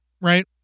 Right